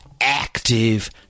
active